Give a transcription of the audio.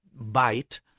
bite